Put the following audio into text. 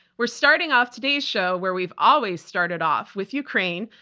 we're starting off today's show where we've always started off with ukraine,